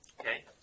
Okay